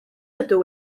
ydw